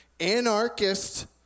anarchist